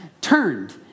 turned